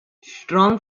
strong